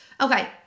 okay